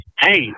hey